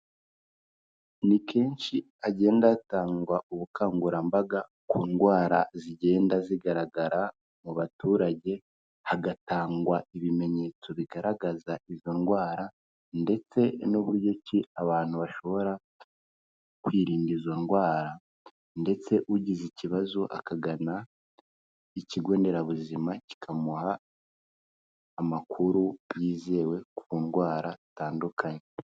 Ni kenshi hagenda hatangwa ubukangurambaga ku ndwara zigenda zigaragara mu baturage, hagatangwa ibimenyetso bigaragaza izo ndwara ndetse n'uburyoki abantu bashobora kwirinda izo ndwara, ndetse ugize ikibazo akagana ikigo nderabuzima kikamuha amakuru yizewe ku ndwara zitandukanye.